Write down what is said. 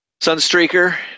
Sunstreaker